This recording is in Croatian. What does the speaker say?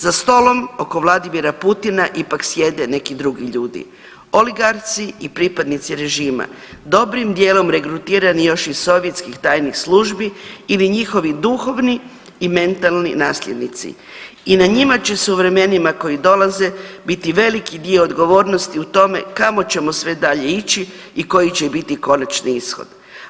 Za stolom oko Vladimira Putina ipak sjede neki drugi ljudi oligarsi i pripadnici režima, dobrim dijelom regrutirani još iz sovjetskih tajnih službi ili njihovi duhovni i mentalni nasljednici i na njima će se u vremenima koji dolaze biti veliki dio odgovornosti u tome kamo ćemo sve dalje ići i koji će biti konačni ishod.